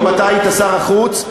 אם אתה היית שר החוץ,